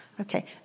Okay